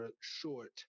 short